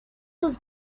was